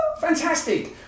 Fantastic